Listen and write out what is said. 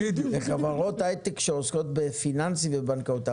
אלו חברות היי-טק שעוסקות בפיננסים ובנקאות.